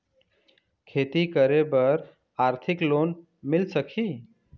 खेती करे बर आरथिक लोन मिल सकही?